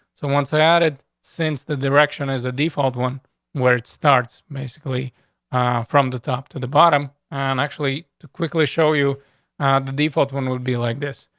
so once i added, since the direction is the default one where it starts basically from the top to the bottom on and actually too quickly show you the default. one would be like this.